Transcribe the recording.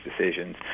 decisions